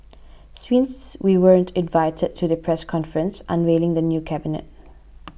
we weren't invited to the press conference unveiling the new cabinet